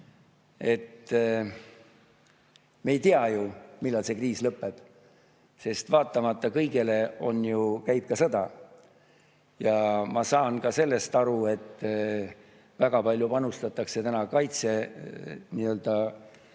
Me ei tea ju, millal see kriis lõpeb, sest vaatamata kõigele käib ka sõda. Ja ma saan ka sellest aru, et väga palju panustatakse täna kaitsesse,